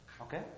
Okay